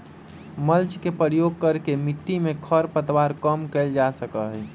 mulch के प्रयोग करके मिट्टी में खर पतवार कम कइल जा सका हई